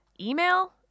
email